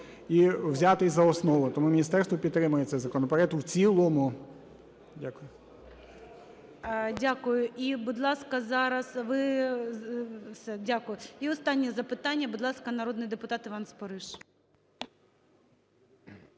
і взятий за основу. Тому міністерство підтримує цей законопроект в цілому. Дякую. ГОЛОВУЮЧИЙ. Дякую. І, будь ласка, зараз… Ви… Все, дякую. І останнє запитання. Будь ласка, народний депутат Іван Спориш.